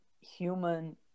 human